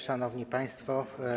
Szanowni Państwo!